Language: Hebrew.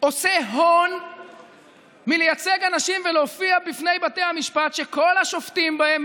עושה הון מלייצג אנשים ולהופיע בפני בתי המשפט שכל השופטים בהם,